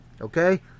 Okay